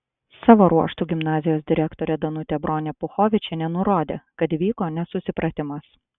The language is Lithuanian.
savo ruožtu gimnazijos direktorė danutė bronė puchovičienė nurodė kad įvyko nesusipratimas